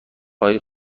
های